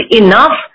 enough